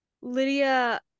Lydia